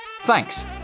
Thanks